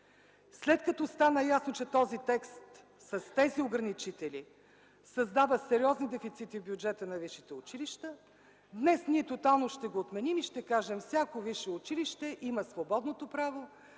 След като стана ясно, че този текст с тези ограничители създава сериозни дефицити в бюджета на висшите училища, днес ние тотално ще го отменим и ще кажем: всяко висше училище има свободното право